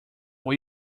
will